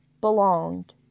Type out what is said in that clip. belonged